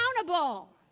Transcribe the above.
accountable